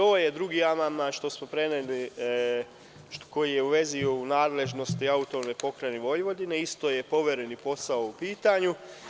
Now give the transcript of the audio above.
Ovo je drugi amandman što smo preneli, koji je u vezi nadležnosti AP Vojvodine, isto je poveren posao u pitanju.